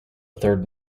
third